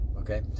okay